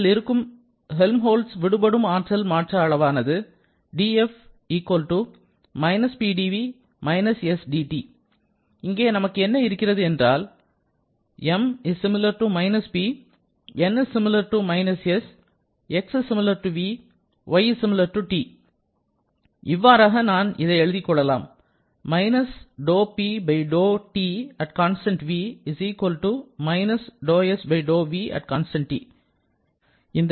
இதில் இருக்கும் ஹெல்ம்ஹோல்ட் விடுபடும் ஆற்றலின் மாற்ற அளவானது df − Pdv − sdT இங்கே நமக்கு என்ன இருக்கிறது என்றால் இவ்வாறாக நான் எழுதிக் கொள்ளலாம்